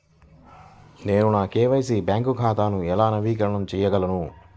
నేను నా KYC bank ఖాతాను ఎలా నవీకరణ చేయగలను?